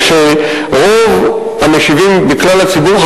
זה שרוב המשיבים בכלל הציבור,